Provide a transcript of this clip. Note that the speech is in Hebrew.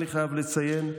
אני חייב לציין,